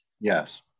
Yes